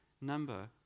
number